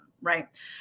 right